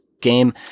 game